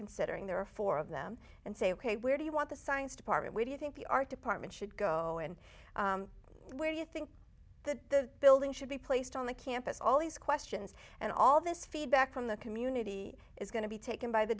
considering there are four of them and say ok where do you want the science department where do you think the art department should go and where do you think the building should be placed on the campus all these questions and all this feedback from the community is going to be taken by the